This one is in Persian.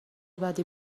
بدی